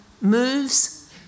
moves